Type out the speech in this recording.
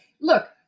Look